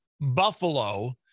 Buffalo